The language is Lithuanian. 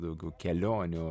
daugiau kelionių